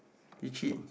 itchy